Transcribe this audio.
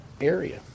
area